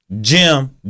Jim